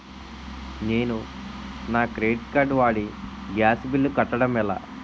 నేను నా credit card వాడి గ్యాస్ బిల్లు కట్టడం ఎలా?